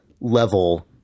level